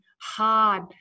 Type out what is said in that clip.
hard